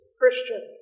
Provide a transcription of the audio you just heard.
Christian